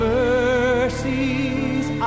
mercies